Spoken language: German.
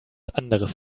anderes